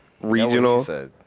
regional